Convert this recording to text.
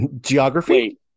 Geography